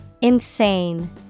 Insane